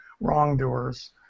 wrongdoers